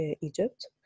Egypt